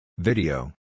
Video